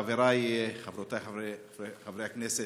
חבריי וחברותיי חברי הכנסת,